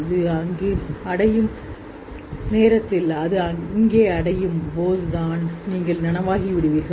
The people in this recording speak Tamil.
அது இங்கு அடையும் நேரத்தில் அது இங்கே அடையும் போதுதான் நீங்கள் நனவாகிவிடுவீர்கள்